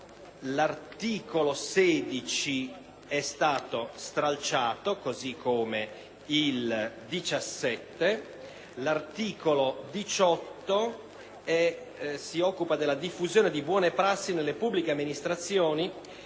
L'articolo 16 è stato stralciato, così come il successivo articolo 17. L'articolo 18 si occupa della diffusione delle buone prassi nelle pubbliche amministrazioni